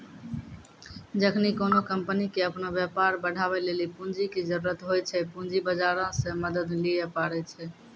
जखनि कोनो कंपनी के अपनो व्यापार बढ़ाबै लेली पूंजी के जरुरत होय छै, पूंजी बजारो से मदत लिये पाड़ै छै